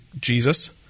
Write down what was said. Jesus